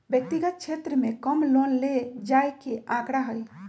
व्यक्तिगत क्षेत्र में कम लोन ले जाये के आंकडा हई